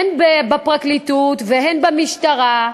הן בפרקליטות והן במשטרה,